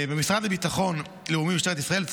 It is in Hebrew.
במשרד לביטחון לאומי ומשטרת ישראל החלה עבודת מטה